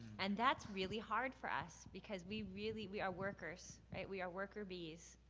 and that's really hard for us because we really, we are workers, right, we are worker bees.